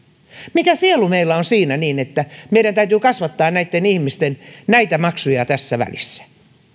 mikä sielu meillä on siinä että meidän täytyy kasvattaa näitten ihmisten näitä maksuja tässä välissä